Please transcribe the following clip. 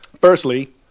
Firstly